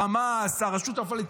חמאס, הרשות הפלסטינית?